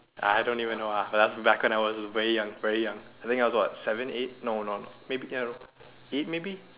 I don't even know lah but back when I was way young very young like I think I was about seven eight no no maybe I don't know eight maybe